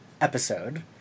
episode